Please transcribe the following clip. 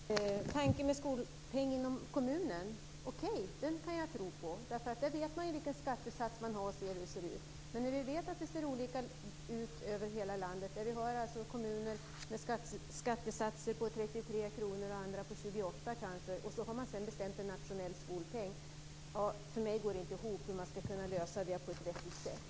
Herr talman! Tanken med en skolpeng inom kommunerna kan jag tro på. Där vet man ju vilken skattesats man har och hur det ser ut. Men vi vet ju att de ser olika ut över hela landet. Vi har kommuner med skattesatser på 33 kr och andra med skattesatser på 28 kr. Sedan skall man bestämma en nationell skolpeng. Jag får det inte att gå ihop. Hur skall man kunna lösa det på ett vettigt sätt?